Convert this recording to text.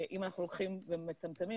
אם אנחנו לוקחים ומצמצמים,